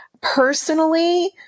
personally